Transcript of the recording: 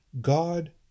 God